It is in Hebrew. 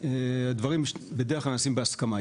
הדברים בדרך כלל נעשים בהסכמה.